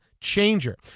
changer